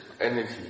energy